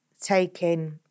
taking